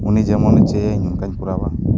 ᱩᱱᱤ ᱡᱮᱢᱚᱱᱮ ᱪᱟᱹᱭᱟᱹᱧ ᱚᱱᱠᱟᱹᱧ ᱠᱚᱨᱟᱣ